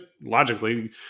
logically